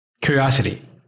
Curiosity